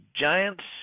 Giants